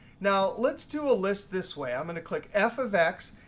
now let's do a list this way. i'm going to click f of x,